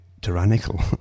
tyrannical